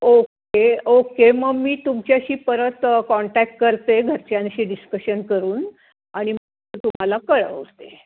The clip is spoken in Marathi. ओक्के ओक्के मग मी तुमच्याशी परत काँटॅक करते घरच्यांशी डिस्कशन करून आणि मग तुम्हाला कळवते